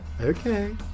Okay